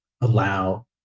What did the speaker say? allow